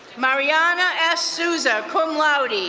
marianna s. sousa, cum laude,